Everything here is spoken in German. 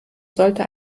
sollte